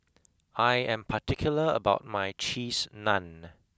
I am particular about my Cheese Naan